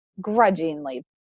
grudgingly